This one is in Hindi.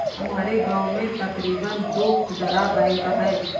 हमारे गांव में तकरीबन दो खुदरा बैंक है